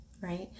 Right